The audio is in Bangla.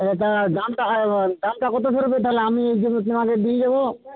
আচ্ছা তা দামটা হয় বল দামটা কত পড়বে তাহলে আমি এ জিনিসগুনো আগে দিয়ে যাবো